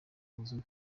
uzwi